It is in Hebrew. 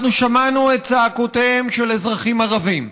אנחנו שמענו את צעקותיהם של אזרחים ערבים,